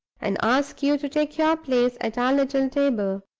and ask you to take your place at our little table.